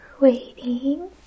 waiting